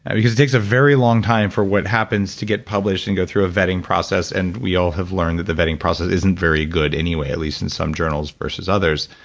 because it takes a very long time for what happens to get published and go through a vetting process and we all have learned that the vetting process isn't very good anyway at least in some journals versus others.